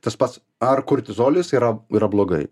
tas pats ar kortizolis yra yra blogai